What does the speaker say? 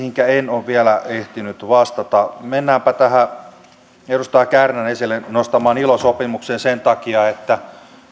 ole vielä ehtinyt vastata mennäänpä tähän edustaja kärnän esille nostamaan ilo sopimukseen sen takia että